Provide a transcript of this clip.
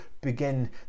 Begin